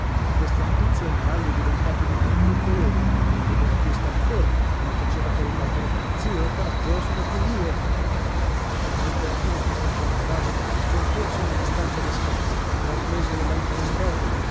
a questa notizia il maralli è diventato di tutti i colori non poteva più star fermo e non faceva che ripetere zio coraggio sono qui io per metter fine a questa scena tragica son corso nella stanza d'aspetto e ho preso le lenti d'ambrogio